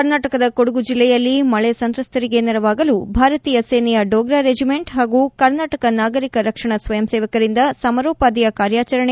ಕರ್ನಾಟಕದ ಕೊಡಗು ಜಿಲ್ಲೆಯಲ್ಲಿ ಮಳೆ ಸಂತ್ರಸ್ತರಿಗೆ ನೆರವಾಗಲು ಭಾರತೀಯ ಸೇನೆಯ ಡೋಗ್ರಾ ರೆಜಿಮೆಂಟ್ ಹಾಗೂ ಕರ್ನಾಟಕ ನಾಗರಿಕ ರಕ್ಷಣಾ ಸ್ವಯಂಸೇವಕರಿಂದ ಸಮರೋಪಾದಿಯ ಕಾರ್ಯಾಚರಣೆ ಪ್ರಗತಿಯಲ್ಲಿ